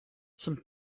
some